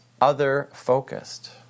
other-focused